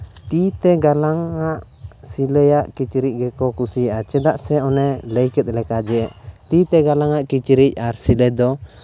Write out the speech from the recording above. ᱛᱤᱛᱮ ᱜᱟᱞᱟᱝᱼᱟᱜ ᱥᱤᱞᱟᱹᱭᱟᱜ ᱠᱤᱪᱨᱤᱡ ᱜᱮᱠᱚ ᱠᱩᱥᱤᱭᱟᱜᱼᱟ ᱪᱮᱫᱟᱜ ᱥᱮ ᱚᱱᱮ ᱞᱟᱹᱭ ᱠᱮᱫ ᱞᱮᱠᱟ ᱡᱮ ᱛᱤᱛᱮ ᱜᱟᱞᱟᱝᱼᱟᱜ ᱠᱤᱪᱨᱤᱡ ᱟᱨ ᱥᱤᱞᱟᱹᱭ ᱫᱚ